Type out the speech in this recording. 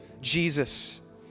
Jesus